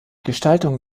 gestaltung